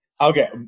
Okay